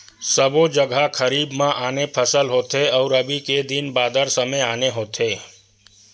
सबो जघा खरीफ म आने फसल होथे अउ रबी के दिन बादर समे आने होथे